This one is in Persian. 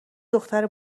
دختر